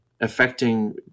affecting